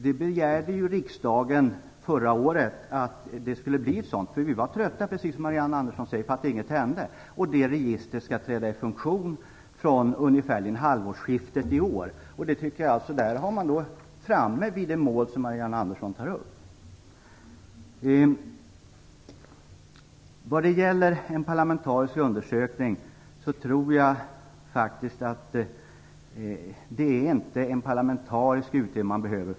Riksdagen begärde förra året att det skulle bli ett sådant. Vi var precis som Marianne Andersson säger trötta på att ingenting hände. Det registret skall träda i funktion vid halvårsskiftet i år. Då är man alltså framme vid det mål som Jag tror inte att det är en parlamentarisk utredning man behöver.